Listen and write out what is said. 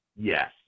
yes